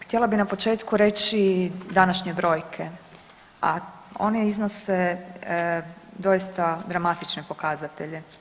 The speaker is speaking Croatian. Htjela bih na početku reći današnje brojke, a one iznose doista dramatične pokazatelje.